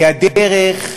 כי הדרך,